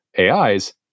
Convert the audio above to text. AIs